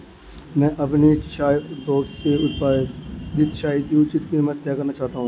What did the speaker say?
मैं अपने चाय उद्योग से उत्पादित चाय की उचित कीमत तय करना चाहता हूं